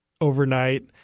overnight